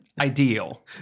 ideal